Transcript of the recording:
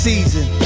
Season